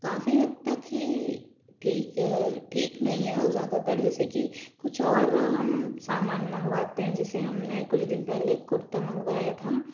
काफ़ी हद तक ही ठीक है ठीक नहीं है और ज़्यादातर जैसे कि कुछ और हम सामान मंगवाते हैं जैसे हमने कुछ दिन पहले कुर्ता मंगवाए था